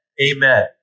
amen